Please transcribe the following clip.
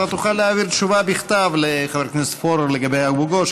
אתה תוכל להעביר תשובה בכתב לחבר הכנסת פורר לגבי אבו גוש,